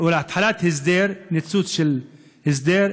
או התחלת הסדר, ניצוץ של הסדר,